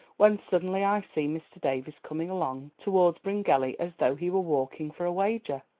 when suddenly i see mr. davies coming along towards bryngelly as though he were walking for a wager,